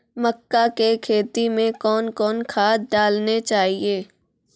मक्का के खेती मे कौन कौन खाद डालने चाहिए?